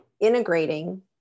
integrating